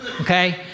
okay